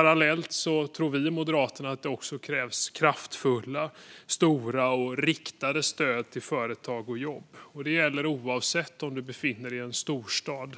Parallellt tror vi i Moderaterna att det också krävs kraftfulla, stora och riktade stöd till företag och jobb. Det gäller oavsett om man befinner sig i en storstad,